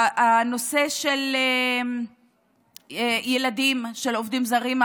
הנושא של ילדים של עובדים זרים,